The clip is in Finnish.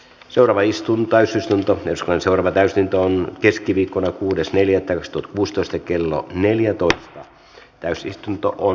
survaistun täysistunto jos vain sormen täysin talon keskiviikkona kuudes neljättä risto mustosta kello neljätoista täysistuntoon